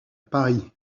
paris